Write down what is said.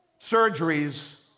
surgeries